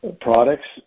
Products